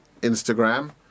Instagram